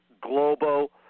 global